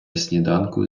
сніданку